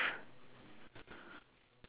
two trees one bush yes correct